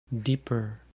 deeper